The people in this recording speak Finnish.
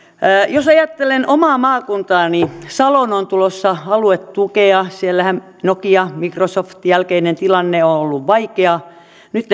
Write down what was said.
jos ajattelen omaa maakuntaani saloon on tulossa aluetukea siellähän nokian mic rosoftin jälkeinen tilanne on ollut vaikea nyt